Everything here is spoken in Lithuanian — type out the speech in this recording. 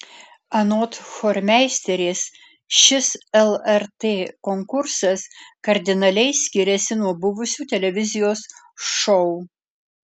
anot chormeisterės šis lrt konkursas kardinaliai skiriasi nuo buvusių televizijos šou